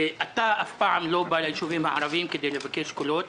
ואתה אף פעם לא בא ליישובים הערביים כדי לבקש קולות,